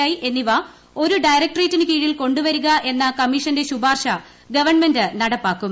I എന്നിവ ഒരു ഡയറക്ട്രേറ്റിന് കീഴിൽ കൊണ്ടുവരിക എന്ന കമ്മീഷന്റെ ശുപാർശ ഗവൺമെന്റ് നടപ്പാക്കും